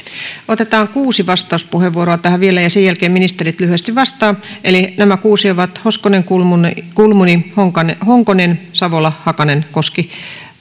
otetaan kuusi vastauspuheenvuoroa tähän vielä ja sen jälkeen ministerit lyhyesti vastaavat eli nämä kuusi ovat hoskonen kulmuni kulmuni honkonen honkonen savola hakanen koski